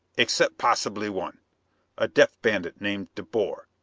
except possibly one a depth bandit named de boer.